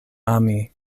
ami